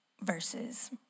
verses